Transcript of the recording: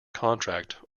contract